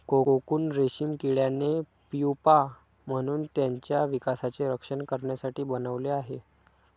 cocoon रेशीम किड्याने pupa म्हणून त्याच्या विकासाचे रक्षण करण्यासाठी बनवले आहे